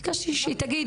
ביקשתי שהיא תגיד.